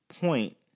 point